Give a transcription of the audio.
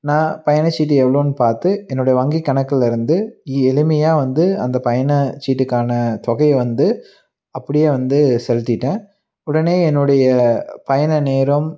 நான் பயணச்சீட்டு எவ்வளோனு பார்த்து என்னோடய வங்கிக்கணக்கில் இருந்து எளிமையாக வந்து அந்த பயணச்சீட்டுக்கான தொகையை வந்து அப்படியே வந்து செலுத்திவிட்டேன் உடனே என்னுடைய பயண நேரம்